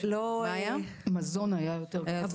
לא, המזון השנה היה יותר גבוה.